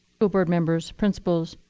school board members, principals,